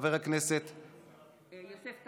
חבר הכנסת טייב,